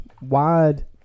wide